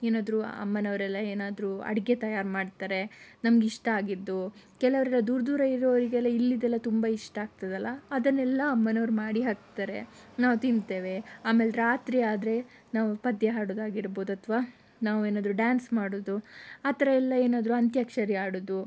ಏನಾದರೂ ಅಮ್ಮನವರೆಲ್ಲ ಏನಾದರೂ ಅಡಿಗೆ ತಯಾರು ಮಾಡ್ತಾರೆ ನಮಗಿಷ್ಟ ಆಗಿದ್ದು ಕೆಲವರೆಲ್ಲ ದೂರ ದೂರ ಇರುವವರಿಗೆಲ್ಲ ಇಲ್ಲಿದೆಲ್ಲ ತುಂಬಾ ಇಷ್ಟ ಆಗ್ತದಲ್ಲ ಅದನ್ನೆಲ್ಲ ಅಮ್ಮನವರು ಮಾಡಿ ಹಾಕ್ತಾರೆ ನಾವು ತಿಂತೇವೆ ಆಮೇಲೆ ರಾತ್ರಿ ಆದರೆ ನಾವು ಪದ್ಯ ಹಾಡೋದಾಗಿರಬಹುದು ಅಥವಾ ನಾವು ಏನಾದರೂ ಡ್ಯಾನ್ಸ್ ಮಾಡೋದು ಆ ಥರ ಎಲ್ಲ ಏನಾದರೂ ಅಂತ್ಯಾಕ್ಷರಿ ಆಡೋದು